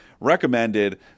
recommended